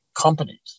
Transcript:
companies